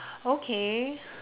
okay